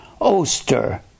Oster